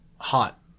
hot